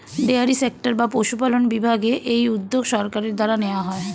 dairy sector বা পশুপালন বিভাগে এই উদ্যোগ সরকারের দ্বারা নেওয়া হয়